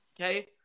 Okay